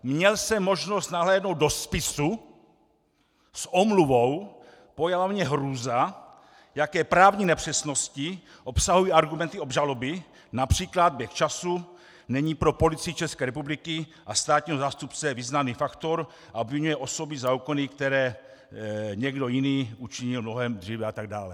Měl jsem možnost nahlédnout do spisu, s omluvou, pojala mě hrůza, jaké právní nepřesnosti obsahují argumenty obžaloby, například běh času není pro Policii České republiky a státního zástupce významný faktor a obviňuje osoby za úkony, které někdo jiný učinil mnohem dříve a tak dále.